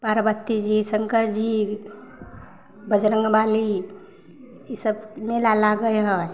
पार्वतीजी शङ्करजी बजरङ्गबली ईसब मेला लागै हइ